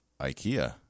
Ikea